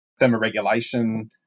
thermoregulation